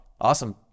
Awesome